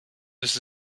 ist